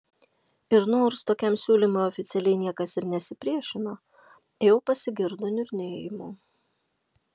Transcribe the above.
ir nors tokiam siūlymui oficialiai niekas ir nesipriešino jau pasigirdo niurnėjimų